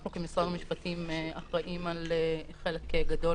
אנחנו כמשרד המשפטים אחראים על חלק גדול